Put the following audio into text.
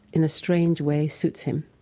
in a strange way, suits him,